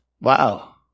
Wow